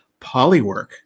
Polywork